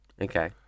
okay